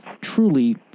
truly